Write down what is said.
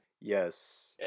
Yes